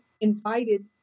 invited